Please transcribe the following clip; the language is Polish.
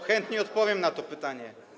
Chętnie odpowiem na to pytanie.